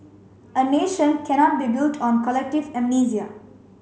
a nation cannot be built on collective amnesia